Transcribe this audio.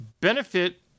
benefit